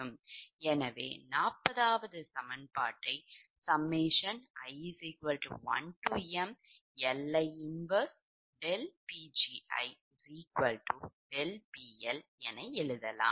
எனவே 40வது சமன்பாட்டை i1mLi 1∆Pgi∆PL என எழுதலாம்